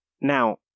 Now